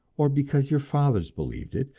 or because your fathers believed it,